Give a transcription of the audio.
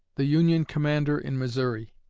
the union commander in missouri,